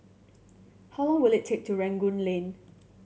how long will it take to Rangoon Lane